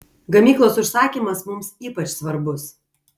gamyklos užsakymas mums ypač svarbus